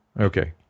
Okay